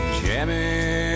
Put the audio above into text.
jamming